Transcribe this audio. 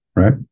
Right